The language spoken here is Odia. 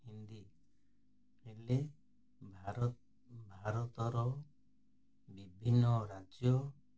ହିନ୍ଦୀ ହେଲେ ଭାର ଭାରତର ବିଭିନ୍ନ ରାଜ୍ୟ